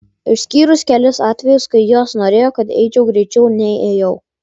išskyrus kelis atvejus kai jos norėjo kad eičiau greičiau nei ėjau